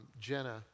Jenna